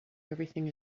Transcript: everything